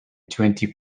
twenty